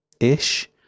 ish